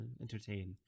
entertain